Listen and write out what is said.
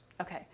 okay